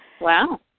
Wow